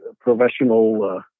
professional